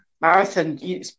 marathon